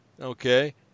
okay